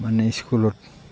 মানে স্কুলত